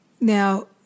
Now